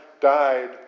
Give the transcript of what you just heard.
died